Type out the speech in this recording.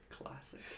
classic